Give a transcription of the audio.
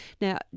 Now